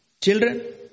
children